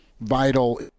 vital